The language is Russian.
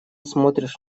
смотришь